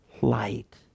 light